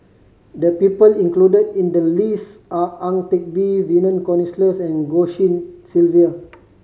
the people include in the list are Ang Teck Bee Vernon Cornelius and Goh Tshin Sylvia